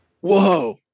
Whoa